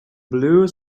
blue